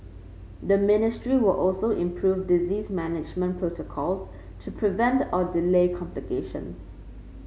the ministry will also improve disease management protocols to prevent or delay complications